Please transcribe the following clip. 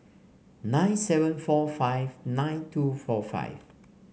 nine seven four five nine two four five